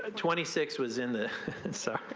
ah twenty six was in the answer.